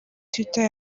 twitter